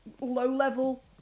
low-level